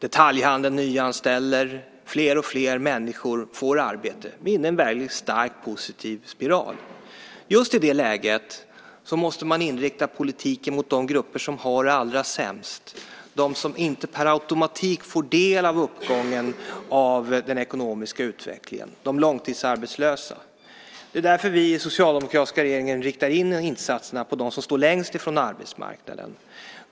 Detaljhandeln nyanställer. Fler och fler får arbete. Vi är inne i en starkt positiv spiral. Just i det läget måste man inrikta politiken mot de grupper som har det allra sämst, de som inte med automatik får del av uppgången av den ekonomiska utvecklingen, de långtidsarbetslösa. Därför riktar vi i den socialdemokratiska regeringen insatserna mot dem som står längst ifrån arbetsmarknaden.